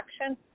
action